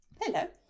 Hello